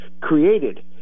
created